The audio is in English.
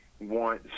want